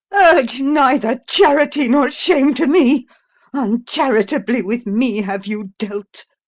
urge neither charity nor shame to me uncharitably with me have you dealt,